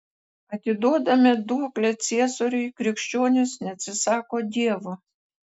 atiduodami duoklę ciesoriui krikščionys neatsisako dievo